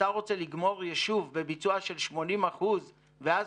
אתה רוצה לגמור יישוב בביצוע של 80% ואז